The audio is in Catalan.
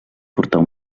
portar